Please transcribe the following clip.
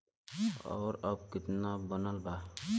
और अब कितना बनल बा?